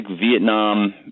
Vietnam